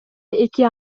эки